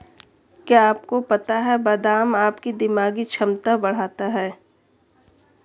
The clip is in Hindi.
क्या आपको पता है बादाम आपकी दिमागी क्षमता बढ़ाता है?